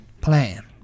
plan